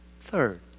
Third